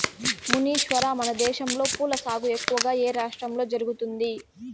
మునీశ్వర, మనదేశంలో పూల సాగు ఎక్కువగా ఏ రాష్ట్రంలో జరుగుతుంది